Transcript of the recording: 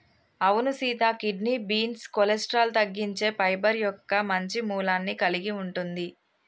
అవును సీత kidney beans cholesterol తగ్గించే పైబర్ మొక్క మంచి మూలాన్ని కలిగి ఉంటుంది